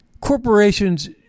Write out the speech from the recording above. Corporations